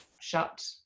shut